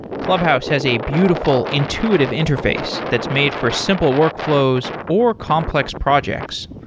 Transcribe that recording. clubhouse has a beautiful intuitive interface that's made for simpler workflows or complex projects.